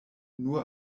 nur